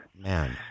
man